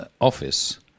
office